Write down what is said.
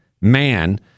man